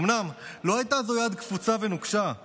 אומנם לא הייתה זו יד קפוצה ונוקשה,